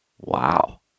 wow